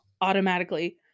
automatically